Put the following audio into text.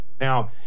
Now